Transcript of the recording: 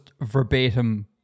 verbatim